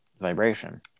vibration